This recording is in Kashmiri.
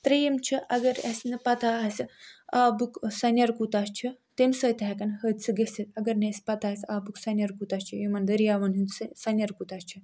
ترٛیٚیِم چھُ اَگر اَسہِ نہٕ پتاہ آسہِ آبُک سَنٮ۪ر کوٗتاہ چھُ تَمہِ سۭتۍ تہِ ہیٚکَن حٲدۍثہِ گٔژھِتھ اگر نہَ اَسہِ پتاہ آسہِ آبُک سَنٮ۪ر کوٗتاہ چھُ یِمن دٔریاوَن ہُنٛد سَنٮ۪ر کوتاہ چھُ